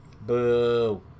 Boo